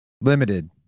Limited